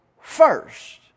first